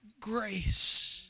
grace